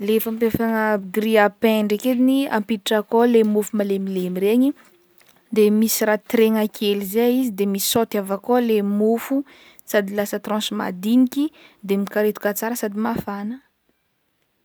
Ny fampiafagna grille à pain draiky ediny ampiditra akao le mofo malemilemy regny de misy raha tiregna kely zay izy de misaoty avy akao le mofo sady lasa tranche madiniky de mikaretoka tsara sady mafana.